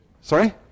sorry